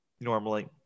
normally